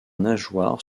nageoires